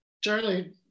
Charlie